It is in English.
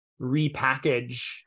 repackage